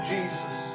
Jesus